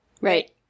Right